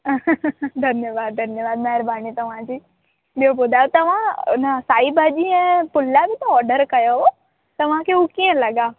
धन्यवादु धन्यवादु महिरबानी तव्हांजी ॿियो ॿुधायो तव्हां न साई भाॼी ऐं पुला बि त ऑडर कयो हुओ तव्हांखे हू कीअं लॻा